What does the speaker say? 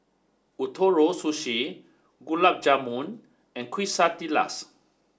Ootoro Sushi Gulab Jamun and Quesadillas